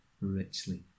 richly